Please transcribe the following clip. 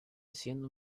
siendo